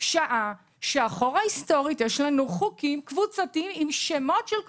שעה שאחורה היסטורית יש לנו חוקים קבוצתיים עם שמות של קבוצות.